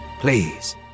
Please